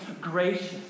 gracious